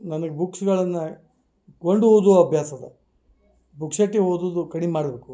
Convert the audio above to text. ನನಗೆ ಬುಕ್ಸ್ಗಳನ್ನು ಕೊಂಡು ಓದುವ ಅಭ್ಯಾಸ ಅದ ಪುಕ್ಸಟ್ಟೆ ಓದುವುದು ಕಡಿಮೆ ಮಾಡಬೇಕು